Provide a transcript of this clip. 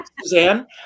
Suzanne